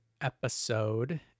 episode